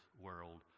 world